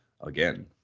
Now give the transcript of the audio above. again